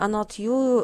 anot jų